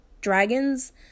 dragons